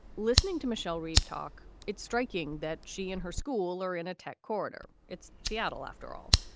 listening to michelle reed talk, it's striking that she and her school are in a tech corner. it's seattle after all.